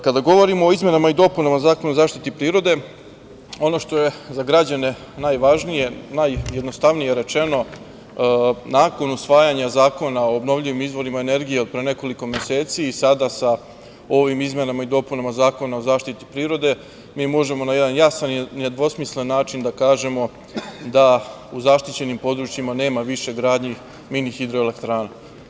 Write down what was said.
Kada govorimo o izmenama i dopunama Zakona o zaštiti prirode, ono što je za građane najvažnije, najjednostavnije rečeno, nakon usvajanja Zakona o obnovljivim izvorima energije, jer pre nekoliko meseci i sada sa ovim izmenama i dopunama Zakona o zaštiti prirode, mi možemo na jedan jasan i nedvosmislen način da kažemo da u zaštićenim područjima nema više gradnji mini hidroelektrana.